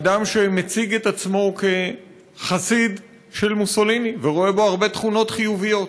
אדם שמציג את עצמו כחסיד של מוסוליני ורואה בו הרבה תכונות חיוביות.